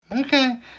Okay